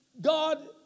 God